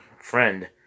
friend